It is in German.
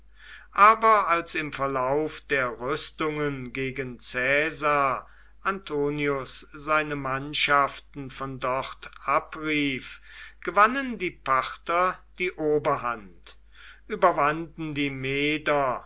aber als im verlauf der rüstungen gegen caesar antonius seine mannschaften von dort abrief gewannen die parther die oberhand überwanden die meder